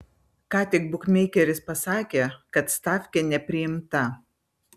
ką tik bukmeikeris pasakė kad stafkė nepriimta